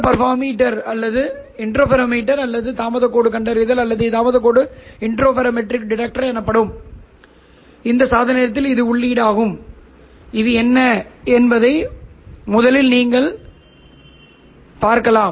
அடுத்து நாம் என்ன செய்வது ஒரு ஃபோட்டோடெக்டெக்டரில் வைத்து பின்னர் போட்டோடெக்டெக்டரின் வெளியீட்டில் என்ன நடக்கிறது என்பதைப் பார்ப்போம்